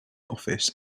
office